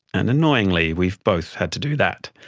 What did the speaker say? and annoyingly we've both had to do that.